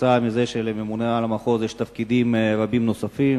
כתוצאה מזה שלממונה על המחוז יש תפקידים רבים נוספים,